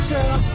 Girl